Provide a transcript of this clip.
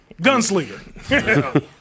Gunslinger